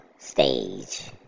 stage